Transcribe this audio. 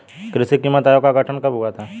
कृषि कीमत आयोग का गठन कब हुआ था?